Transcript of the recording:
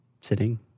sitting